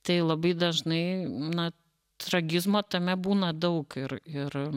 tai labai dažnai na tragizmo tame būna daug ir ir